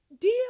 Dear